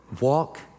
Walk